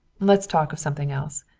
let's talk of something else.